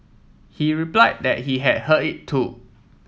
he reply that he had heard it too